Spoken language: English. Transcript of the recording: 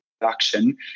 production